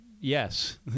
yes